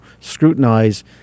scrutinize